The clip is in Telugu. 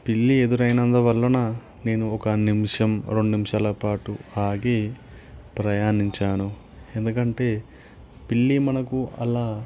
పిల్లి ఎదురైనందువలన నేను ఒక నిమిషం రెండు నిమిషాల పాటు ఆగి ప్రయాణించాను ఎందుకంటే పిల్లి మనకు అలా